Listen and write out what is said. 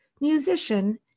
musician